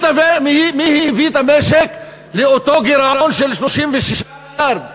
מי הביא את המשק לאותו גירעון של 36 מיליארד?